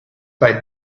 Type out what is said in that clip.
bei